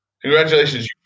Congratulations